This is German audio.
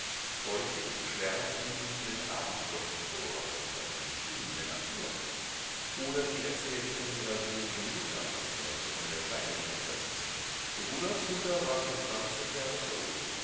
häufig schwärmte sie ihm von den abendglocken vor oder von den stimmen der natur oder sie erzählte von ihrer seligen mutter und wollte von der seinigen etwas wissen rudolfs mutter war schon zwanzig jahre tot